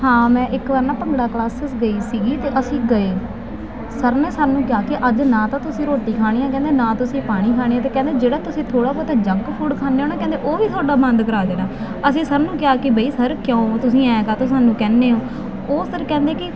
ਹਾਂ ਮੈਂ ਇੱਕ ਵਾਰ ਨਾ ਭੰਗੜਾ ਕਲਾਸਸ ਗਈ ਸੀਗੀ ਅਤੇ ਅਸੀਂ ਗਏ ਸਰ ਨੇ ਸਾਨੂੰ ਕਿਹਾ ਕਿ ਅੱਜ ਨਾ ਤਾਂ ਤੁਸੀਂ ਰੋਟੀ ਖਾਣੀ ਕਹਿੰਦੇ ਨਾ ਤੁਸੀਂ ਪਾਣੀ ਖਾਣੀ ਅਤੇ ਕਹਿੰਦੇ ਜਿਹੜਾ ਤੁਸੀਂ ਥੋੜ੍ਹਾ ਬਹੁਤਾ ਜੰਕ ਫੂਡ ਖਾਂਦੇ ਹੋ ਨਾ ਕਹਿੰਦੇ ਉਹ ਵੀ ਤੁਹਾਡਾ ਬੰਦ ਕਰਾ ਦੇਣਾ ਅਸੀਂ ਸਰ ਨੂੰ ਕਿਹਾ ਕਿ ਬਈ ਸਰ ਕਿਉਂ ਤੁਸੀਂ ਐਂ ਕਾਹਤੋਂ ਸਾਨੂੰ ਕਹਿੰਦੇ ਹੋ ਉਹ ਸਰ ਕਹਿੰਦੇ ਕਿ